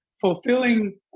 fulfilling